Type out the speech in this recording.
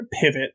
pivot